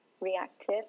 reactive